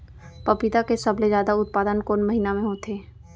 पपीता के सबले जादा उत्पादन कोन महीना में होथे?